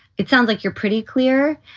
it sounds like you're pretty clear,